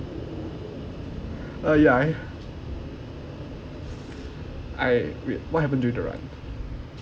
uh ya I I wait what happened during the run